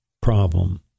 problem